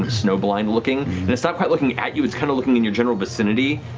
snow-blind looking. and it's not quite looking at you, it's kind of looking in your general vicinity,